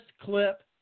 clip